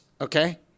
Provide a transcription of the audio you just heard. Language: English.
okay